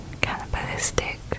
cannibalistic